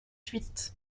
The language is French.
huit